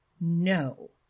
no